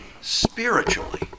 spiritually